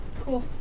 Cool